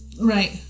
right